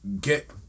get